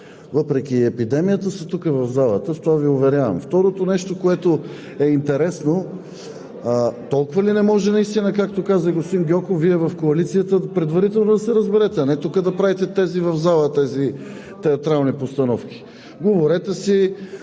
въпреки епидемията, са тук в залата. В това Ви уверявам! Второто нещо, което е интересно – толкова ли не може наистина, както каза и господин Гьоков, Вие в коалицията предварително да се разберете, а не тук да правите тези театрални постановки в залата? Говорете си,